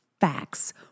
Facts